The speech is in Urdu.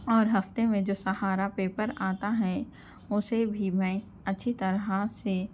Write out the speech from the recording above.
اور ہفتے میں جو سہارا پیپر آتا ہے اسے بھی میں اچّھی طرح سے